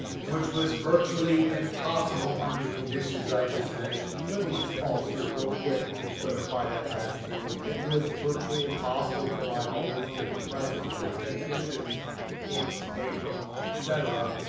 which was virtually impossible under the conditions i just mentioned. let me just pause here real quick to clarify that last statement it was virtually impossible to align all those different presses and different conditions inks, paper, etc,